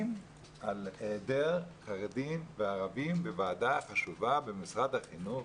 על היעדר חרדים וערבים בוועדה חשובה במשרד החינוך,